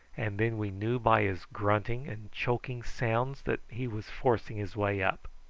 and then we knew by his grunting and choking sounds that he was forcing his way up.